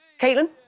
Caitlin